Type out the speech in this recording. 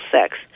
sex